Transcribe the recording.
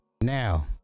now